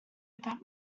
about